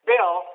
Bill